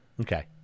Okay